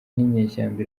n’inyeshyamba